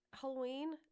Halloween